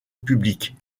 publique